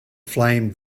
flame